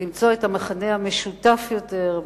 למצוא את המכנה המשותף יותר,